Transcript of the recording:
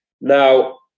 Now